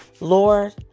Lord